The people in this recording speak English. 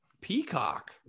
Peacock